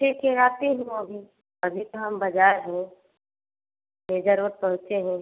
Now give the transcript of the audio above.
ठीक है आती हूँ अभी अभी तो हम बाज़ार हैं मेजा रोड पहुँचे हैं